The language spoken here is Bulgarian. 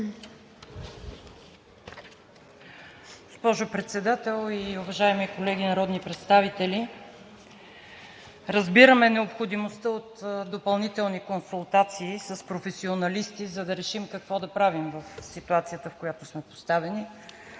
Госпожо Председател и уважаеми колеги народни представители! Разбираме необходимостта от допълнителни консултации с професионалисти, за да решим какво да правим в ситуацията, в която сме поставени.